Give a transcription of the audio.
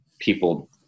people